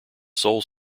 sole